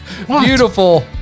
Beautiful